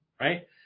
right